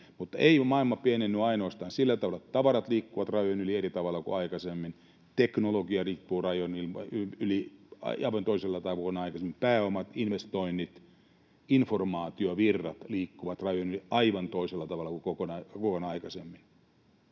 Mutta ei ole maailma pienentynyt ainoastaan sillä tavalla, että tavarat liikkuvat rajojen yli eri tavalla kuin aikaisemmin. Teknologia liikkuu rajojen yli aivan toisella tavalla kuin aikaisemmin. Pääomat, investoinnit, informaatiovirrat liikkuvat rajojen yli aivan toisella tavalla kuin koskaan aikaisemmin.